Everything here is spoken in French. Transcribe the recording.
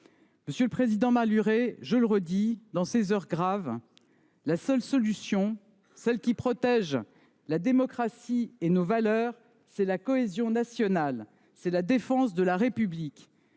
Monsieur le président Malhuret, je le redis : en ces heures graves, la seule solution, celle qui protège la démocratie et nos valeurs, c’est la cohésion nationale, c’est la défense de la République.